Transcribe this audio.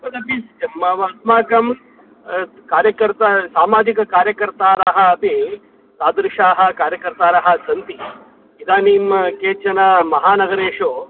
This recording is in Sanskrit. तदपि मामस्माकं कार्यकर्ता सामाजिककार्यकर्तारः अपि तादृशाः कार्यकर्तारः सन्ति इदानीं केचन महानगरेषु